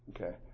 Okay